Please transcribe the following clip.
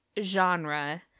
genre